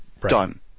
Done